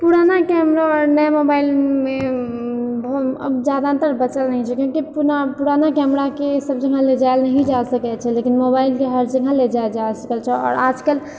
पुराना कैमरा आओर नया मोबाइलमे बहुत जादा अन्तर बचल नहि छै क्युकी पुराना कैमराके सब जगह लए जाल नहि जाए सकै छै लेकिन मोबाइलके हर जगह लए जाल जाए सकल छै आओर आजकल